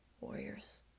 warriors